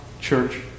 church